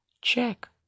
check